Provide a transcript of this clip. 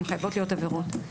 הן חייבות להיות עבירות.